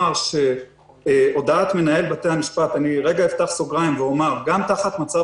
לרגע אפתח סוגריים ואומר: גם תחת מצב